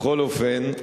בכל אופן,